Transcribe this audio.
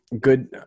good